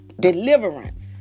deliverance